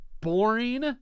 boring